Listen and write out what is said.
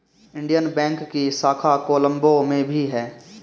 Indian bank की शाखा कोलम्बो में भी है